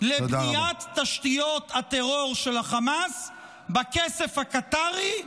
לבניית תשתיות הטרור של החמאס בכסף הקטרי,